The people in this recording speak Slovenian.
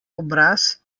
obraz